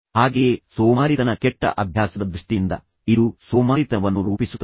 ಹಾಗೆಯೇ ಸೋಮಾರಿತನ ಕೆಟ್ಟ ಅಭ್ಯಾಸದ ದೃಷ್ಟಿಯಿಂದ ಇದು ಸೋಮಾರಿತನವನ್ನು ರೂಪಿಸುತ್ತದೆ